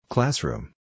Classroom